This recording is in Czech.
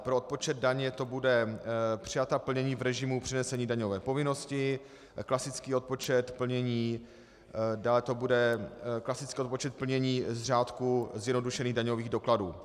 Pro odpočet daně to bude přijatá plnění v režimu přenesené daňové povinnosti, klasický odpočet plnění, dále to bude klasický odpočet plnění z řádku zjednodušených daňových dokladů.